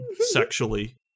sexually